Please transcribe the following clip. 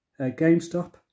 GameStop